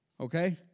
Okay